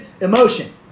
emotion